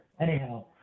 Anyhow